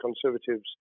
Conservatives